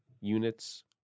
units